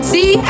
See